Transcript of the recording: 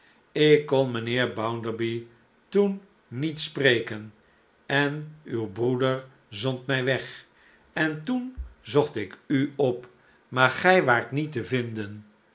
ik kon mijnheer bounderby toen niet spreken en uw broeder zond mij weg en toen zocht ik u op maar gij waart niet te vinden